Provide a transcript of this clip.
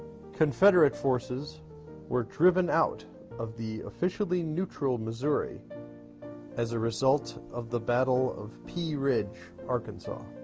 confederate forces were driven out of the officially neutral missouri as a result of the battle of pea ridge, arkansas.